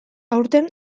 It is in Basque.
aurten